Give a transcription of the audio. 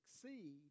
succeed